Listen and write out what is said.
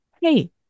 hey